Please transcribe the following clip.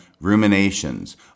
Ruminations